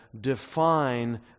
define